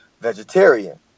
vegetarian